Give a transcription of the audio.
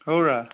হৌৰা